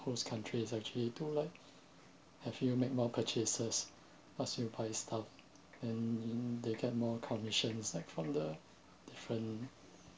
host country is actually to like have you made more purchases ask you buy stuff and they get more commissions like from the different